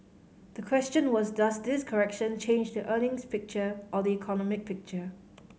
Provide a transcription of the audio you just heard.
the question was does this correction change the earnings picture or the economic picture